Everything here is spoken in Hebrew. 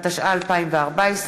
התשע"ה 2014,